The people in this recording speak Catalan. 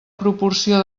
proporció